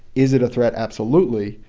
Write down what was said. is it a threat? absolutely.